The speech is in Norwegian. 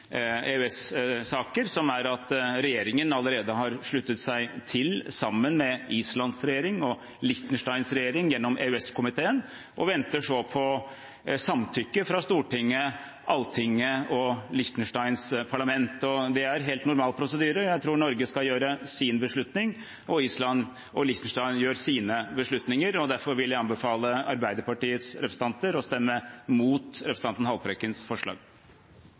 som er at regjeringen allerede har sluttet seg til, sammen med Islands regjering og Liechtensteins regjering gjennom EØS-komiteen, og venter på samtykke fra Stortinget, Alltinget og Liechtensteins parlament. Det er helt normal prosedyre. Jeg tror Norge skal ta sin beslutning og Island og Liechtenstein sine beslutninger. Derfor vil jeg anbefale Arbeiderpartiets representanter å stemme mot representanten Haltbrekkens forslag.